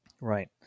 Right